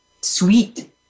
sweet